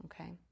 Okay